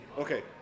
Okay